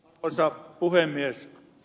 arvoisa puhemies